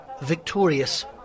Victorious